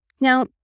Now